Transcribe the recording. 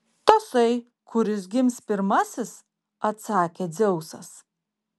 tasai kuris gims pirmasis atsakė dzeusas